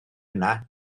yna